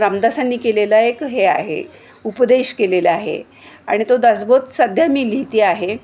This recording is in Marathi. रामदासांनी केलेला एक हे आहे उपदेश केलेला आहे आणि तो दासबोध सध्या मी लिहिते आहे